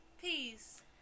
Peace